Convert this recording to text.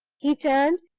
he turned,